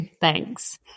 Thanks